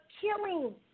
killing